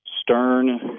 stern